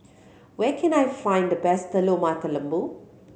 where can I find the best Telur Mata Lembu